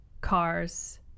cars